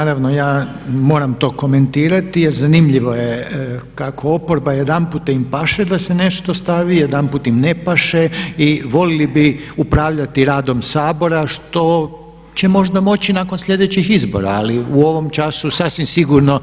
Naravno, ja moram to komentirati jer zanimljivo je kako oporba jedanput im paše da se nešto stavi, jedanput im ne paše i volili bi upravljati radom Sabora što će možda moći nakon sljedećih izbora ali u ovom času sasvim sigurno